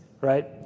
Right